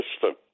system